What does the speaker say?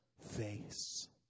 face